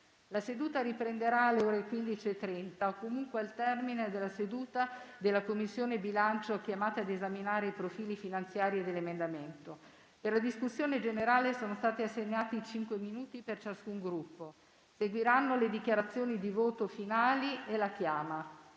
La seduta riprenderà alle ore 15,30 o comunque al termine della seduta della Commissione bilancio chiamata ad esaminare i profili finanziari dell'emendamento. Per la discussione sulla fiducia sono stati assegnati cinque minuti per ciascun Gruppo. Seguiranno le dichiarazioni di voto finali e la chiama.